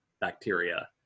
bacteria